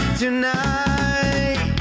tonight